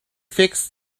fix